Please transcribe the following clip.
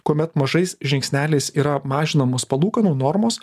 kuomet mažais žingsneliais yra mažinamos palūkanų normos